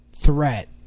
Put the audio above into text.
threat